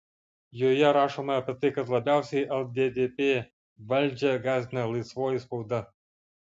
joje rašoma apie tai kad labiausiai lddp valdžią gąsdina laisvoji spauda